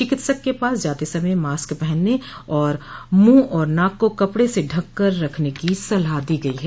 चिकित्सक के पास जाते समय मास्क पहनने अथवा मुंह और नाक को कपड़े से ढककर रखने की सलाह दी गई है